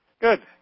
Good